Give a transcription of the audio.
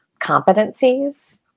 competencies